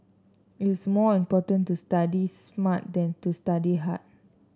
it is more important to study smart than to study hard